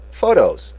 photos